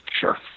Sure